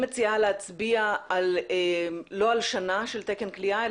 להצביע לא על שנה של תקן כליאה,